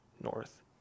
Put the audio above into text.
north